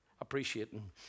appreciating